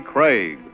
Craig